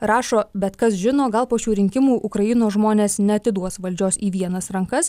rašo bet kas žino gal po šių rinkimų ukrainos žmonės neatiduos valdžios į vienas rankas